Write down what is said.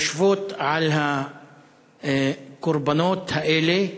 יושבות על הקורבנות האלה,